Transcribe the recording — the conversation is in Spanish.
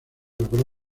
logró